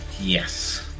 Yes